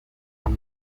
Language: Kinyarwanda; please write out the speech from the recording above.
iri